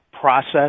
process